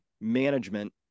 management